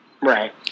Right